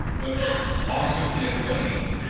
but also to get away.